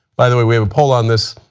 by the way, we have a poll on this.